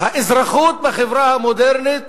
האזרחות בחברה המודרנית